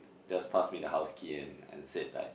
just pass me the house key and and said like